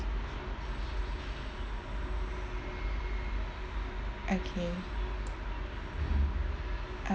okay